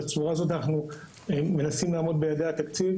בצורה הזאת אנחנו מנסים לעמוד ביעדי התקציב,